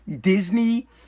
Disney